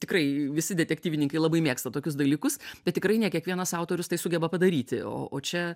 tikrai visi detektyvininikai labai mėgsta tokius dalykus bet tikrai ne kiekvienas autorius tai sugeba padaryti o o čia